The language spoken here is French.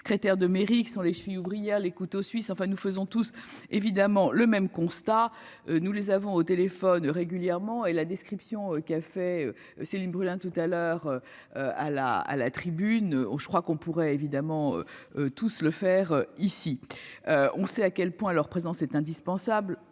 secrétaires de mairie qui sont les chevilles ouvrières les couteaux suisses. Enfin, nous faisons tous évidemment le même constat. Nous les avons au téléphone régulièrement et la description qu'qui a fait Céline Brulin tout à l'heure. À la à la tribune. Oh, je crois qu'on pourrait évidemment. Tous le faire ici. On sait à quel point leur présence est indispensable